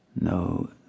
no